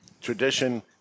tradition